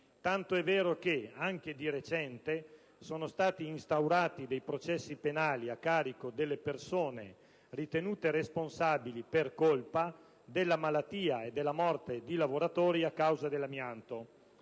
Tanto è vero che, anche di recente, sono stati instaurati dei processi penali a carico delle persone ritenute responsabili, per colpa, della malattia e della morte di lavoratori a causa dell'amianto.